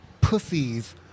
pussies